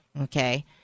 Okay